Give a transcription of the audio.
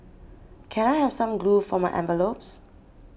can I have some glue for my envelopes